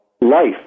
life